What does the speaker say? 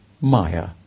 maya